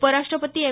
उपराष्ट्रपती एम